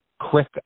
quick